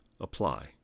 apply